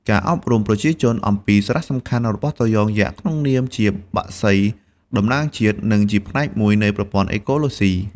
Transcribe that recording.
ការអប់រំប្រជាជនអំពីសារៈសំខាន់របស់ត្រយងយក្សក្នុងនាមជា បក្សីតំណាងជាតិ និងជាផ្នែកមួយនៃប្រព័ន្ធអេកូឡូស៊ី។